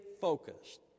focused